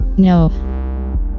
No